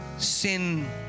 Sin